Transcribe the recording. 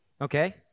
okay